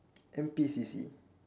N_P_C_C